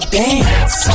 dance